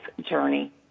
journey